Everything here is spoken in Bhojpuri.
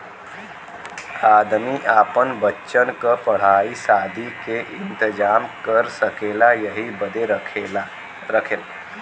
आदमी आपन बच्चन क पढ़ाई सादी के इम्तेजाम कर सकेला यही बदे रखला